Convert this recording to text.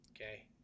Okay